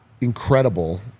incredible